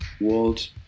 world